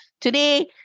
Today